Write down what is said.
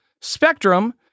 spectrum